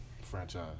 franchise